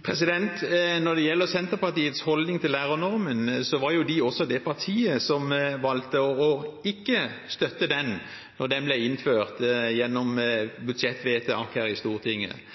Når det gjelder Senterpartiets holdning til lærernormen, var de også det partiet som valgte å ikke støtte den da den ble innført gjennom budsjettvedtak her i Stortinget.